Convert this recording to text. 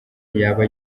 yaba